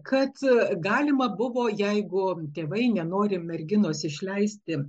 kad galima buvo jeigu tėvai nenori merginos išleisti